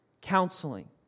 counseling